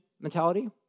mentality